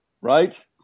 Right